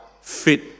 fit